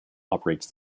operates